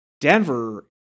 Denver